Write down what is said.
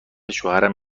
شوهرم